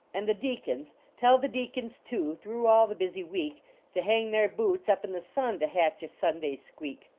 and the deacons tell the deacons too, through all the busy week to hang their boots up in the sun to hatch a sunday squeak.